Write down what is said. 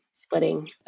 splitting